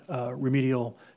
remedial